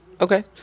Okay